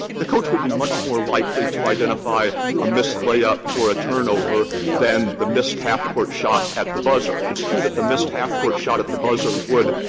the coach would be much more likely to identify a missed layup or a turnover than the missed half court shot at the buzzer. it's true that the missed half-court shot at the buzzer would,